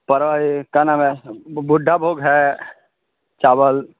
का नाम है ब बुड़ा भोग है चावल